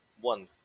One